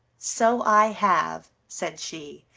so i have, said she.